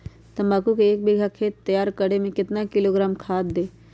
तम्बाकू के एक बीघा खेत तैयार करें मे कितना किलोग्राम खाद दे?